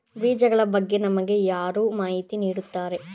ಬೀಜಗಳ ಬಗ್ಗೆ ನಮಗೆ ಯಾರು ಮಾಹಿತಿ ನೀಡುತ್ತಾರೆ?